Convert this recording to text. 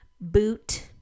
boot